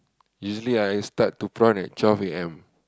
usually I start to prawn at twelve A_M